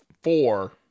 four